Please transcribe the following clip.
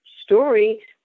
story